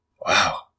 wow